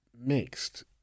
mixed